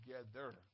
together